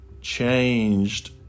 Changed